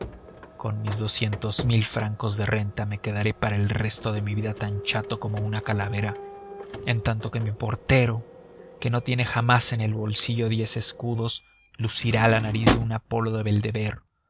con mis doscientos mil francos de renta me quedaré para el resto de mi vida tan chato como una calavera en tanto que mi portero que no tiene jamás en el bolsillo diez escudos lucirá la nariz de un apolo de